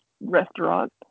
restaurant